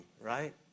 right